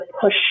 push